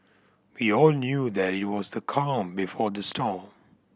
we all knew that it was the calm before the storm